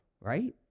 right